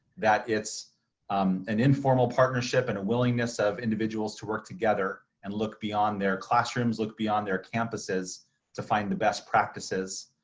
that it's an informal partnership and a willingness of individuals to work together and look beyond their classrooms, look beyond their campuses to find the best practices,